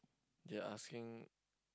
they asking